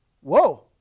whoa